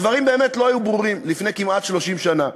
הדברים באמת לא היו ברורים לפני כמעט 30 שנה,